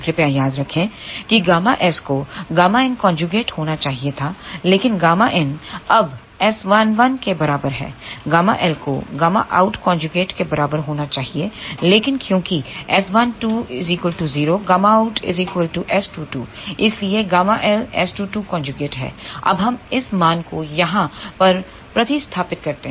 कृपया याद रखें कि Γs को Γin होना चाहिए था लेकिन Γin अब S11 के बराबर हैΓL को Γout के बराबर होना चाहिए लेकिन क्योंकि S12 0 Γout S22 इसलिए ΓL S22 है अब हम इस मान को यहां पर प्रतिस्थापित करते हैं